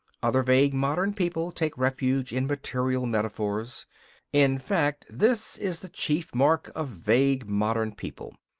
other vague modern people take refuge in material metaphors in fact, this is the chief mark of vague modern people.